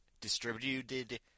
distributed –